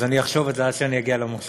אז אני אחשוב על זה עד שאני אגיע למושב,